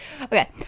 Okay